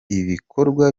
ibikorwa